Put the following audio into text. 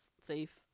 safe